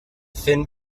thin